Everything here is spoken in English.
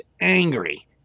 angry